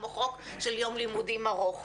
כמו חוק של יום לימודים ארוך.